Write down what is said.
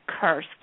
curse